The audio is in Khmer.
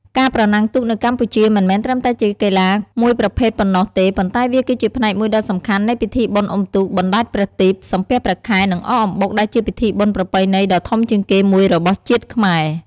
ការប្រណាំងទូកនៅកម្ពុជាមិនមែនត្រឹមតែជាកីឡាមួយប្រភេទប៉ុណ្ណោះទេប៉ុន្តែវាគឺជាផ្នែកមួយដ៏សំខាន់នៃពិធីបុណ្យអុំទូកបណ្ដែតប្រទីបសំពះព្រះខែនិងអកអំបុកដែលជាពិធីបុណ្យប្រពៃណីដ៏ធំជាងគេមួយរបស់ជាតិខ្មែរ។